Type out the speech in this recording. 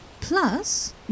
Plus